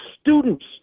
students